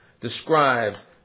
describes